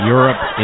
Europe